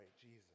Jesus